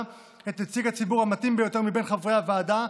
את נציג הציבור המתאים ביותר מבין חברי הוועדה,